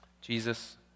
Jesus